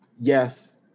yes